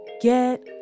get